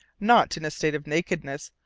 not in a state of nakedness,